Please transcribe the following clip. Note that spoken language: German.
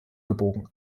gebogen